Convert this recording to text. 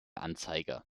anzeiger